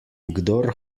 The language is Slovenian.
kdor